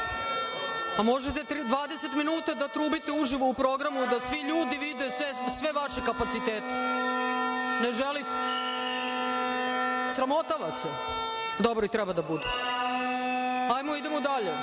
Možete 20 minuta da trubite uživo u programu da svi ljudi vide sve vaše kapacitete. Ne želite? Sramota vas je? Dobro, i treba da bude. Idemo dalje,